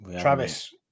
Travis